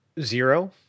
Zero